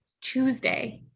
Tuesday